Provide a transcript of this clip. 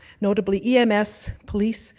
notably ems, police,